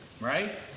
Right